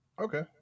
Okay